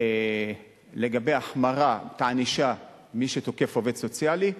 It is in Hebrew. לגבי החמרת הענישה על מי שתוקף עובד סוציאלי.